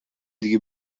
دیگه